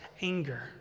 anger